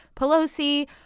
Pelosi